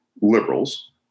liberals